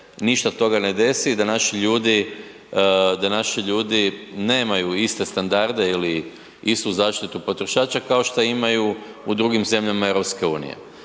i da naši ljudi, da naši ljudi nemaju iste standarde ili istu zaštitu potrošača kao šta imaju u drugim zemljama EU.